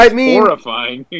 horrifying